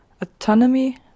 Autonomy